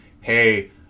hey